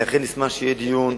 אני אכן אשמח שיהיה דיון